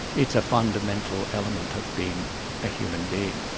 it's a fundamental element of being a human being.